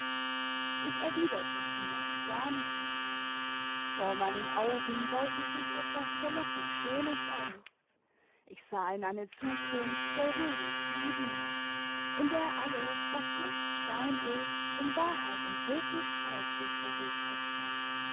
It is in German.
ich erwiderte zunächst gar nichts vor meinen augen baute sich etwas verlockend schönes auf ich sah in eine zukunft voll ruhigen friedens in der alles was jetzt schein ist in wahrheit und wirklichkeit sich verdichtete